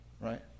right